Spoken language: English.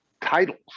titles